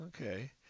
Okay